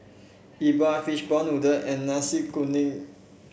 E Bua fish ball noodle and Nasi Kuning